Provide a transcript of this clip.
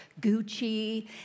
Gucci